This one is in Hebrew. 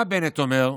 מה בנט אומר?